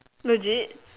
allergic